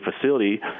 facility